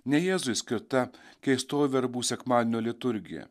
ne jėzui skirta keistoji verbų sekmadienio liturgija